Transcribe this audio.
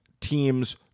teams